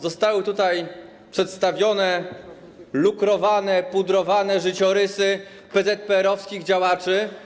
Zostały tutaj przedstawione lukrowane, pudrowane życiorysy PZPR-owskich działaczy.